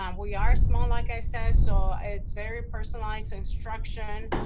um we are small, like i said, so it's very personalized instruction.